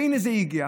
הינה זה הגיע,